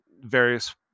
various